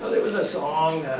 there was a song